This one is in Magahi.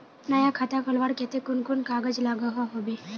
नया खाता खोलवार केते कुन कुन कागज लागोहो होबे?